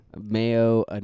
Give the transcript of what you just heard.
Mayo